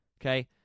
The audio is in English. Okay